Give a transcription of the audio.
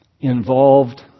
involved